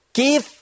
give